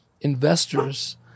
investors